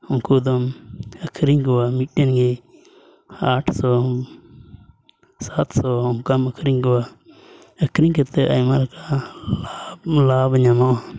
ᱩᱱᱠᱩᱫᱚᱢ ᱟᱹᱠᱷᱟᱨᱤᱧ ᱠᱚᱣᱟ ᱢᱤᱫ ᱴᱮᱱ ᱜᱮ ᱟᱴ ᱥᱚ ᱥᱟᱛᱥᱚ ᱚᱱᱠᱟᱢ ᱟᱹᱠᱷᱟᱨᱤᱧ ᱠᱚᱣᱟ ᱟᱹᱠᱷᱟᱨᱤᱧ ᱠᱟᱛᱮ ᱟᱭᱢᱟ ᱞᱮᱠᱟ ᱞᱟᱵᱽ ᱞᱟᱵᱽ ᱧᱟᱢᱚᱜᱼᱟ